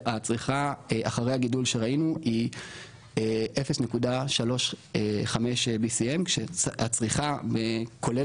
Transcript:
הצריכה אחרי הגידול שראינו היא 0.35 BCM כשהצריכה כולל